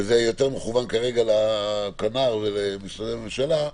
וזה יותר מכוון כרגע לכנ"ר ולמשרדי הממשלה,